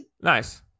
Nice